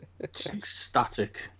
Ecstatic